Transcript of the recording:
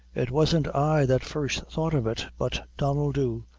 it wasn't i that first thought of it, but donnel dhu,